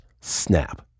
snap